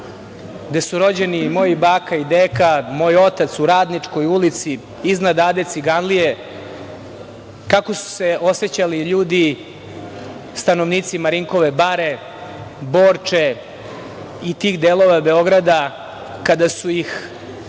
gde su rođeni moja baka i deka, moj otac u Radničkoj ulici iznad Ade Ciganlije, kako su se osećali ljudi stanovnici Marinkove Bare, Borče i tih delova Beograda kada su ih javno